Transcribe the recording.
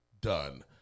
done